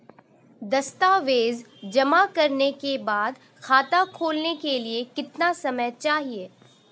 दस्तावेज़ जमा करने के बाद खाता खोलने के लिए कितना समय चाहिए?